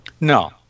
no